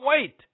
wait